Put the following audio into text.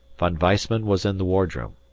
von weissman was in the wardroom.